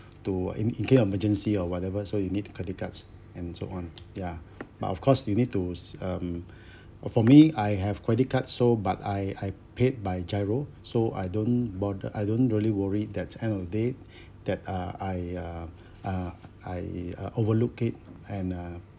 to in in case of emergency or whatever so you need the credit cards and so on ya but of course you need to um for me I have credit card so but I I paid by GIRO so I don't bother I don't really worried that end of date that uh I uh uh I uh overlook it and uh